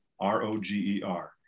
R-O-G-E-R